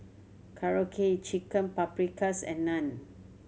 Korokke Chicken Paprikas and Naan